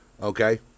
Okay